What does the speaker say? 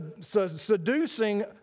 seducing